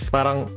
Parang